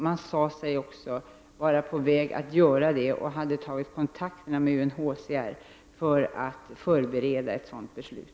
Man sade sig också vara på väg att göra det och hade tagit kontakt med UNHCR för att förbereda ett sådant beslut.